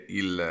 il